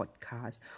podcast